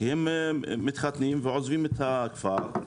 הם מתחתנים ועוזבים את הכפר,